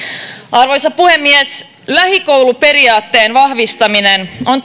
arvoisa puhemies lähikouluperiaatteen vahvistaminen on